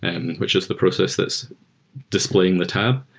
and which is the process that's displaying the tab.